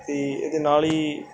ਅਤੇ ਇਹਦੇ ਨਾਲ ਹੀ